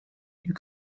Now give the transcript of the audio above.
you